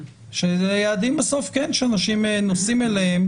שאלה יעדים בסוף שאנשים נוסעים אליהם,